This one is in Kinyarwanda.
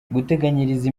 guteganyiriza